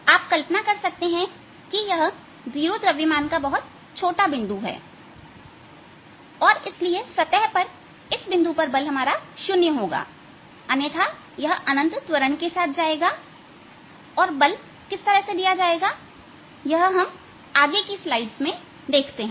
आप कल्पना कर सकते हैं कि यह 0 द्रव्यमान का बहुत छोटा बिंदु है और इसलिए सतह पर इस बिंदु पर बल शून्य होगा अन्यथा यह अनंत त्वरण के साथ जाएगा और बल किस तरह दिया जाएगा यह हम आगे की स्लाइड्स में देखते हैं